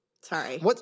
Sorry